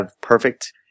perfect